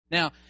Now